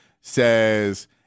says